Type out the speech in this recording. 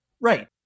Right